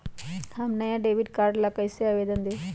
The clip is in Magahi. हम नया डेबिट कार्ड ला कईसे आवेदन दिउ?